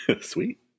Sweet